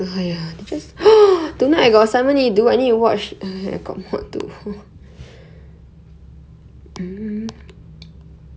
okay